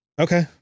Okay